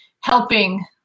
helping